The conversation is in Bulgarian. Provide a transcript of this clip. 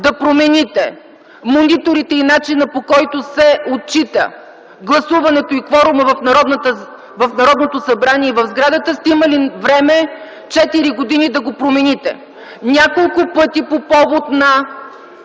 да промените мониторите и начина, по който се отчита гласуването и кворумът в Народното събрание и в сградата, сте имали време – четири години, за да го промените. Няколко пъти по повод на